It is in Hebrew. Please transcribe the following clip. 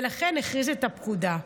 ולכן הכריז את הפקודה.